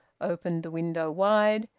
opened the window wide,